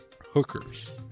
hookers